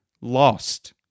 lost